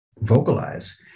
vocalize